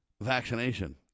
vaccination